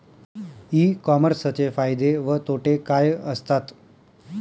E कॉमर्सचे फायदे व तोटे काय असतात?